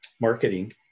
marketing